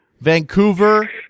Vancouver